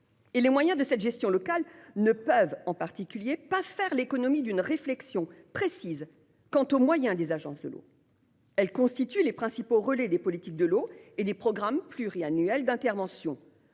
sur les moyens de cette gestion locale ne saurait faire l'économie d'une réflexion précise quant aux moyens des agences de l'eau. Celles-ci constituent les principaux relais des politiques de l'eau et des programmes pluriannuels d'intervention.